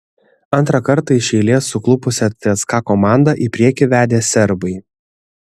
antrą kartą iš eilės suklupusią cska komandą į priekį vedė serbai